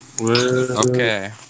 Okay